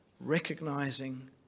recognizing